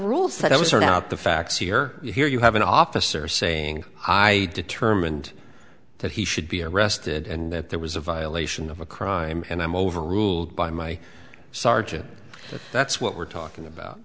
rule said it was or not the facts here here you have an officer saying i determined that he should be arrested and that there was a violation of a crime and i'm overruled by my sergeant so that's what we're talking about